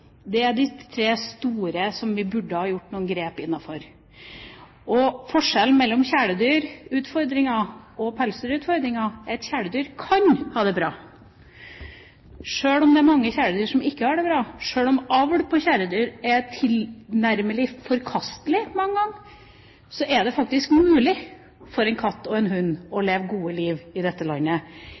det gjelder pelsdyr. Det er innenfor disse tre store utfordringene vi burde ha tatt noen grep. Forskjellen mellom kjæledyrutfordringen og pelsdyrutfordringen er at kjæledyr kan ha det bra. Sjøl om det er mange kjæledyr som ikke har det bra, og sjøl om avl på kjæledyr er tilnærmet forkastelig mange ganger, er det faktisk mulig for en katt og en hund å leve gode liv i dette landet.